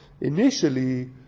Initially